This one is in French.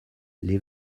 les